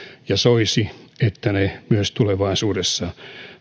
ja soisi että ne myös tulevaisuudessa